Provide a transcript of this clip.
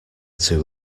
too